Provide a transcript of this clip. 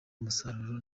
umusaruro